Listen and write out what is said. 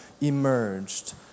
emerged